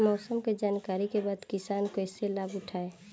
मौसम के जानकरी के बाद किसान कैसे लाभ उठाएं?